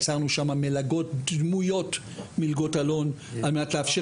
הצענו שם מלגות דמויות מלגות אלון על מנת לאפשר